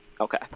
Okay